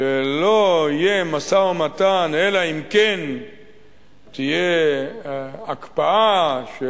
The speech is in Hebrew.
שלא יהיה משא-ומתן אלא אם כן תהיה הקפאה של